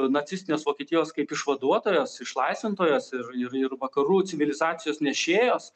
nacistinės vokietijos kaip išvaduotojos išlaisvintojos ir ir ir vakarų civilizacijos nešėjos